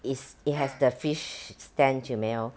is it has the fish stench 有没有